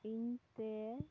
ᱤᱧ ᱛᱮ